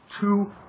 two